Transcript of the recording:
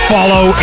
Follow